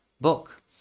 book